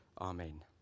Amen